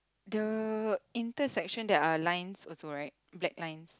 the intersection there are lines also right black lines